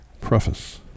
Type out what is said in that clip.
preface